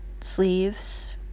sleeves